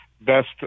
best